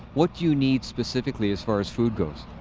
what do you need specifically as far as food goes?